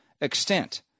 extent